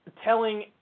telling